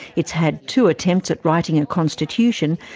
it's had two attempts at writing a constitution,